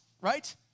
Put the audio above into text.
right